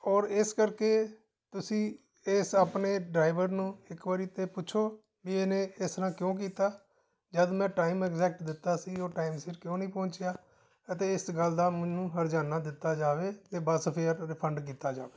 ਔਰ ਇਸ ਕਰਕੇ ਤੁਸੀਂ ਇਸ ਆਪਣੇ ਡਰਾਈਵਰ ਨੂੰ ਇੱਕ ਵਾਰੀ ਤਾਂ ਪੁੱਛੋ ਵੀ ਇਹਨੇ ਇਸ ਤਰ੍ਹਾਂ ਕਿਉਂ ਕੀਤਾ ਜਦ ਮੈਂ ਟਾਈਮ ਐਗਜੈਕਟ ਦਿੱਤਾ ਸੀ ਉਹ ਟਾਈਮ ਸਿਰ ਕਿਉਂ ਨਹੀਂ ਪਹੁੰਚਿਆ ਅਤੇ ਇਸ ਗੱਲ ਦਾ ਮੈਨੂੰ ਹਰਜ਼ਾਨਾ ਦਿੱਤਾ ਜਾਵੇ ਅਤੇ ਬਸ ਫਿਰ ਰਿਫੰਡ ਕੀਤਾ ਜਾਵੇ